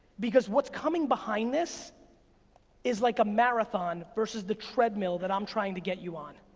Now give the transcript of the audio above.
because what's coming behind this is like a marathon versus the treadmill that i'm trying to get you on,